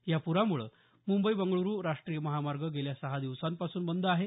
या प्रामुळे मुंबई बंगळ्रू राष्ट्रीय महामार्ग गेल्या सहा दिवसांपासून बंद आहे